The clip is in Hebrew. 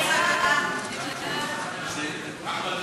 הצעת סיעת הרשימה המשותפת להביע